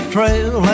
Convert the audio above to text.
Trail